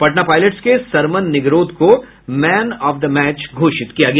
Patna pilots के सरमन निगरोध को man of the match घोषित किया गया